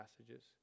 passages